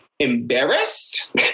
embarrassed